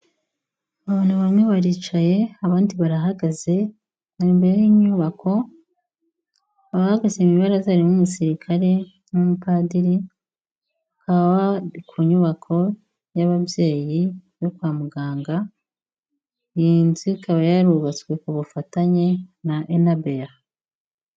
Abantu bamwe baricaye abandi barahagaze, bari imbere y'inyubako, bahagaze ibaza ririmo umusirikare n'umupadiri ku nyubako y'ababyeyi bo kwa muganga, iyi nzu ikaba yarubatswe ikaba yarubatswe ku bufatanye na Enaberi.